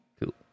Cool